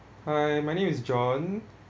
hi my name is john